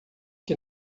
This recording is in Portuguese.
que